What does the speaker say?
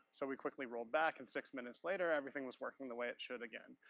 so we quickly rolled back and six minutes later, everything was working the way it should again.